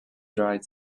dried